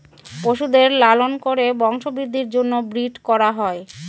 পশুদের লালন করে বংশবৃদ্ধির জন্য ব্রিড করা হয়